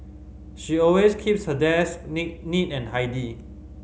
she always keeps her desk neat neat and tidy